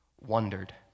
wondered